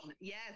Yes